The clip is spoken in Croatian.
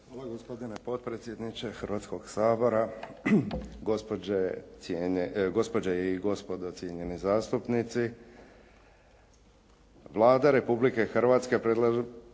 Hvala gospodine potpredsjedniče Hrvatskog sabora, gospođe i gospo cijenjeni zastupnici. Vlada Republike Hrvatske predložila